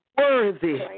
worthy